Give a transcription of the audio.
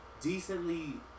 decently